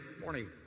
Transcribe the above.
Morning